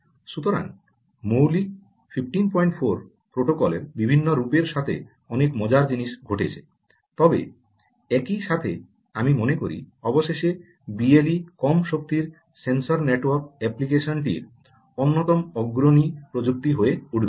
সুতরাং মৌলিক 154 প্রোটোকলের বিভিন্ন রূপের সাথে অনেক মজার জিনিস ঘটছে তবে একই সাথে আমি মনে করি অবশেষে বিএলই কম শক্তি সেন্সর নেটওয়ার্ক অ্যাপ্লিকেশন টির অন্যতম অগ্রণী প্রযুক্তি হয়ে উঠবে